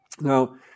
Now